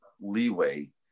leeway